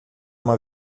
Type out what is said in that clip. uma